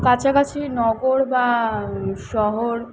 কাছাকাছি নগর বা শহর